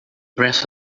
breath